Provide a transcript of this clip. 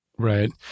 Right